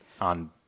on